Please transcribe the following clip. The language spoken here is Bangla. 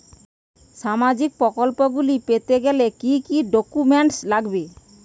সামাজিক প্রকল্পগুলি পেতে গেলে কি কি ডকুমেন্টস লাগবে?